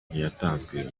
ntiyatanzwe